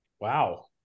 Wow